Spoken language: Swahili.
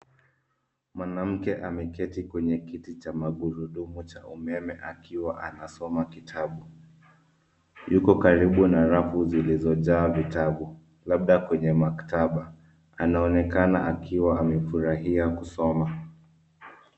Mwanamke ameketi kwenye kiti cha magurudumu cha umeme akiwa anasoma kitabu. Yuko karibu na rafu zilizojaa vitabu, labda kwenye maktaba. Anaonekana akiwa amefurahia kusoma.